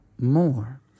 more